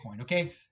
okay